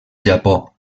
japó